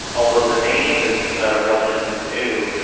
although the name is relatively new.